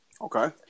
Okay